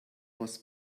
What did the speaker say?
was